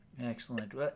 Excellent